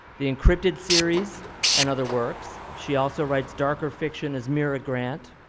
the incryptid series and other works. she also writes darker fiction as mira grant.